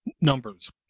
numbers